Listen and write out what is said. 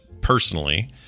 personally